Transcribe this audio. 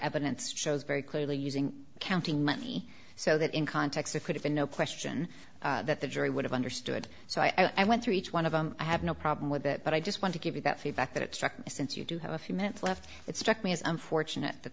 evidence shows very clearly using counting money so that in context it could have been no question that the jury would have understood so i went through each one of them i have no problem with it but i just want to give you that feedback that it struck me since you do have a few minutes left it struck me as unfortunate